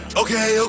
okay